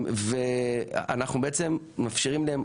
אנחנו מאפשרים להם,